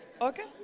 Okay